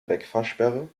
wegfahrsperre